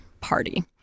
party